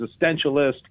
existentialist